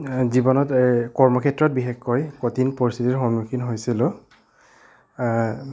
জীৱনত এই কৰ্ম ক্ষেত্ৰত বিশেষকৈ কঠিন পৰিস্থিতিৰ সন্মুখীন হৈছিলোঁ